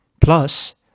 plus